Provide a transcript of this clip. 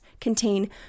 contain